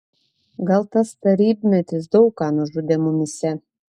gal tas tarybmetis daug ką nužudė mumyse